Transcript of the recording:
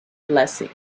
blessing